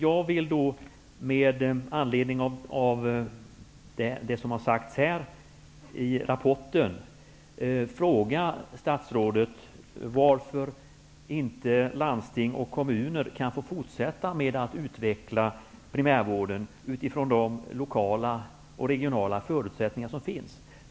Jag vill med anledning av det som sagts i rapporten fråga statsrådet varför inte landsting och kommuner kan få fortsätta med att utveckla primärvården utifrån de lokala och regionala förutsättningar som finns.